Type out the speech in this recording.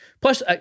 Plus